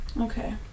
Okay